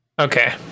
Okay